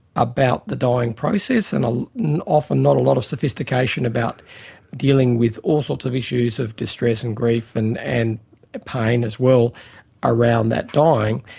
about the dying process and often not a lot of sophistication about dealing with all sorts of issues of distress and grief and and pain as well around that dying.